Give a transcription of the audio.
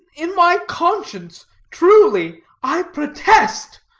in my conscience truly i protest,